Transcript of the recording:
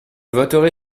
voterai